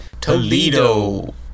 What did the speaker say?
Toledo